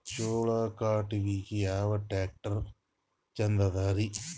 ಜೋಳ ಕಟಾವಿಗಿ ಯಾ ಟ್ಯ್ರಾಕ್ಟರ ಛಂದದರಿ?